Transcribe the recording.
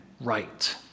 right